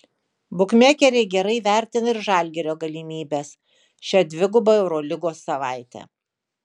bukmekeriai gerai vertina ir žalgirio galimybes šią dvigubą eurolygos savaitę